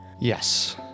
Yes